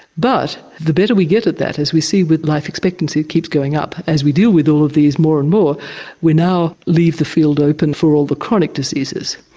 but the better we get at that, as we see with life expectancy, it keeps going up, as we deal with all of these more and more we now leave the field open for all the chronic diseases,